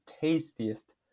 tastiest